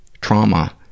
trauma